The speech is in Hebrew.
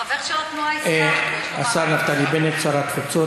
חבר של התנועה האסלאמית, יש לו מה להגיד.